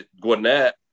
Gwinnett